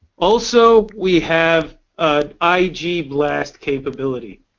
also, we have i mean igblast capability.